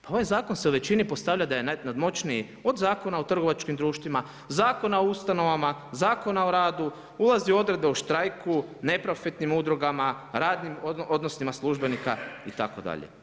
Pa ovaj zakon se u većini postavlja da je nadmoćniji od Zakona o trgovačkim društvima, Zakona o ustanovama, Zakona o radu, ulaze odredbe o štrajku, neprofitnim udrugama, radnim odnosima službenika itd.